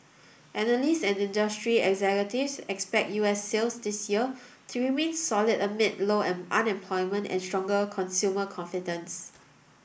analysts and industry executives expect U S sales this year to remain solid amid low unemployment and strong consumer confidence